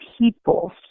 people